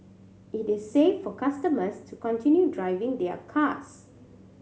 it is safe for customers to continue driving their cars